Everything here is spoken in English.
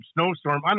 snowstorm